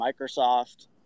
Microsoft